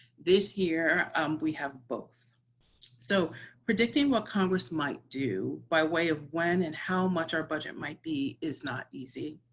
this year we have both so predicting what congress might do by way of when and how much our budget might be is not easy.